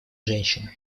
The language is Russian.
женщина